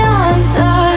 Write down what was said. answer